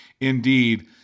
indeed